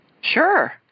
Sure